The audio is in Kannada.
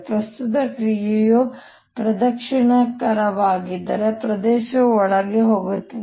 ಪ್ರಸ್ತುತ ಕ್ರಿಯೆಯು ಪ್ರದಕ್ಷಿಣಾಕಾರವಾಗಿದ್ದರೆ ಪ್ರದೇಶವು ಒಳಗೆ ಹೋಗುತ್ತದೆ